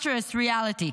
monstrous reality,